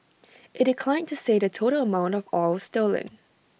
IT declined to say the total amount of oil stolen